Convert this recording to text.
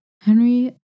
Henry